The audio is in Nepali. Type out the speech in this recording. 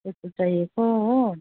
त्यस्तो चाहिएको हो